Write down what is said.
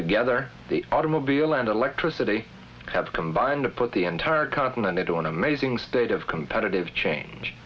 together the automobile and electricity have combined to put the entire continent into an amazing state of competitive change